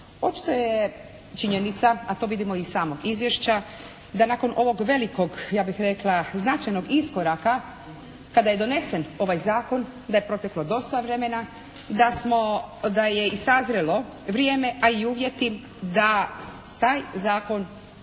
Opća je činjenica, a to vidimo i iz samog izvješća da nakon ovog velikog ja bih rekla značajnog iskoraka kada je donesen ovaj zakon da je proteklo dosta vremena, da je i sazrelo vrijeme a i uvjeti da taj zakon